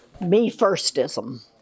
me-firstism